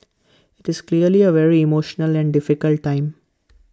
IT is clearly A very emotional and difficult time